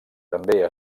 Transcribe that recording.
també